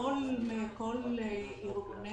כל ארגוני